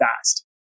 fast